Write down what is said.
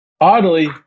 Oddly